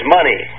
money